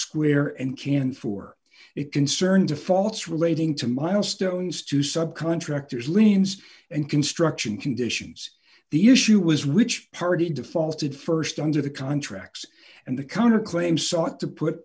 square and can for it concerns a false relating to milestones to subcontractors liens and construction conditions the issue was which party defaulted st under the contracts and the counter claims sought to put